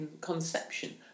conception